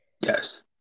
Yes